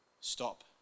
stop